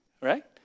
right